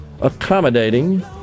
accommodating